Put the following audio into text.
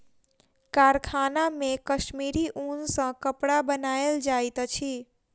कारखाना मे कश्मीरी ऊन सॅ कपड़ा बनायल जाइत अछि